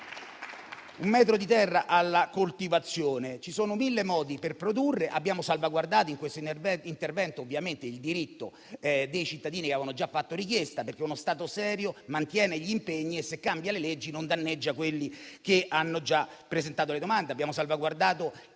un metro di terra alla coltivazione. Ci sono 1.000 modi per produrre. Abbiamo salvaguardato in questo intervento il diritto dei cittadini che avevano già fatto richiesta perché uno Stato serio mantiene gli impegni e se cambia le leggi, non danneggia quelli che hanno già presentato le domande. Abbiamo salvaguardato